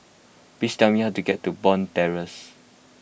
please tell me how to get to Bond Terrace